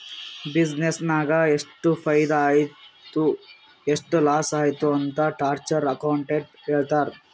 business ನಾಗ್ ಎಷ್ಟ ಫೈದಾ ಆಯ್ತು ಎಷ್ಟ ಲಾಸ್ ಆಯ್ತು ಅಂತ್ ಚಾರ್ಟರ್ಡ್ ಅಕೌಂಟೆಂಟ್ ಹೇಳ್ತಾರ್